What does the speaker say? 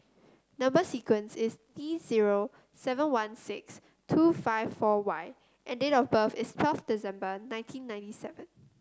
number sequence is T zero seven one six two five four Y and date of birth is twelfth December nineteen ninety seven